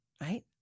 right